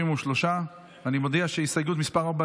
33. אני מודיע שהסתייגות מס' 4,